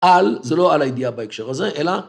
על, זה לא על הידיעה בהקשר הזה, אלא...